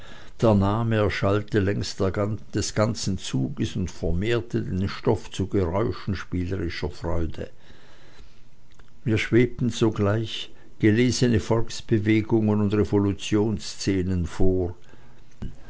der name erschallte längs des ganzen zuges und vermehrte den stoff zu geräusch und spielerischer freude mir schwebten sogleich gelesene volksbewegungen und